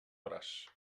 braç